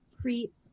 creep